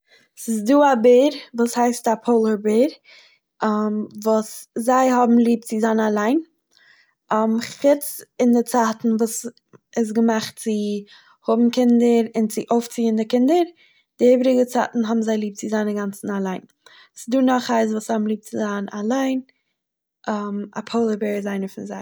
ס'איז דא א בער וואס הייסט א פאלער בער וואס זיי האבן ליב צו זיין אליין חוץ אין די צייטן וואס ס'איז געמאכט צו האבן קינדער און צו אויפציען די קינדער, די איבריגע צייטן האבן זיי ליב צו זיין אינגאנצען אליין, ס'דא נאך חיות וואס האבן ליב צו זיין אליין א פאלער בער איז איינער פון זיי.